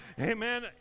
Amen